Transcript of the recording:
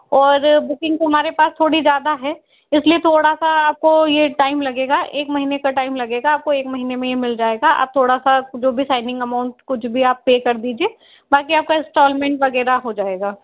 और बुकिंग तो हमारे पास थोड़ी ज़्यादा है इसलिए थोड़ा सा आपको ये टाइम लगेगा एक महीने का टाइम लगेगा आपको ये एक महीने में ये मिल जायेगा आप थोड़ा सा जो भी साइनिंग अमाउंट कुछ भी आप पे कर दीजिए बाकि आपका इंस्टॉलमेंट वगैरह हो जायेगा